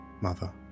mother